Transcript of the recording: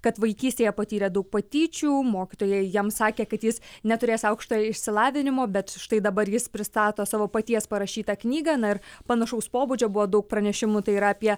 kad vaikystėje patyrė daug patyčių mokytojai jam sakė kad jis neturės aukštojo išsilavinimo bet štai dabar jis pristato savo paties parašytą knygą na ir panašaus pobūdžio buvo daug pranešimų tai yra apie